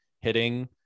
hitting